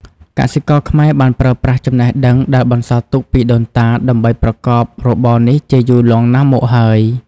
កសិករខ្មែរបានប្រើប្រាស់ចំណេះដឹងដែលបន្សល់ទុកពីដូនតាដើម្បីប្រកបរបរនេះជាយូរលង់ណាស់មកហើយ។